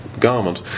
garment